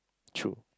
true